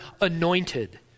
anointed